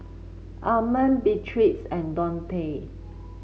Armond Beatriz and Donte